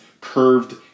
curved